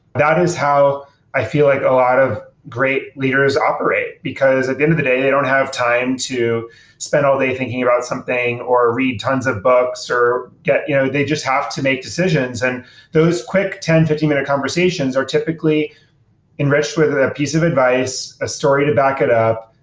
that is how i feel like a lot of great leaders operate, because at the end of the day, they don't have time to spend all day thinking about something, or read tons of books, or get you know they just have to make decisions and those quick ten fifteen minute conversations are typically enriched with a a piece of advice, a story to back it up,